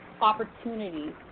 opportunities